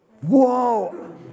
whoa